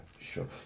sure